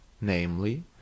namely